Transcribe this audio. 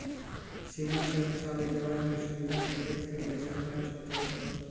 सीमा सुरक्षा अउरी जवान की सुविधा पे टेक्स के पईसा खरच होत हवे